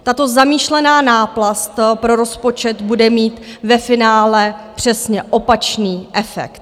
Tato zamýšlená náplast pro rozpočet bude mít ve finále přesně opačný efekt.